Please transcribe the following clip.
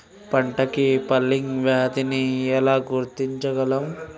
పంట కి ఫంగల్ వ్యాధి ని ఎలా గుర్తించగలం?